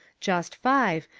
just five,